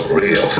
real